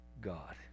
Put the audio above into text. God